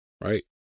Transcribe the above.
Right